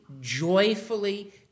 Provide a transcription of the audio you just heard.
joyfully